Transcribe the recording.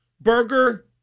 burger